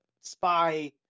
spy